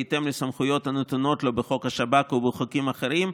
בהתאם לסמכויות הנתונות לו בחוק השב"כ ובחוקים אחרים,